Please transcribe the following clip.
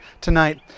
tonight